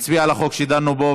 נצביע על החוק שדנו בו,